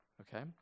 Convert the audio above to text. okay